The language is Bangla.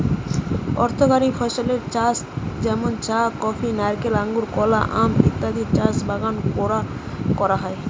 অর্থকরী ফসলের চাষ যেমন চা, কফি, নারকেল, আঙুর, কলা, আম ইত্যাদির চাষ বাগান কোরে করা হয়